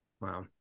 Wow